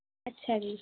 ਅੱਛਾ ਜੀ